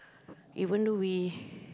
even though we